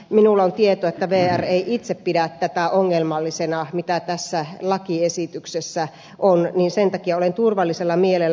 minulla on tieto että vr ei itse pidä tätä ongelmallisena mitä tässä lakiesityksessä on ja sen takia olen turvallisella mielellä